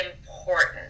important